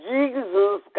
Jesus